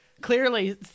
Clearly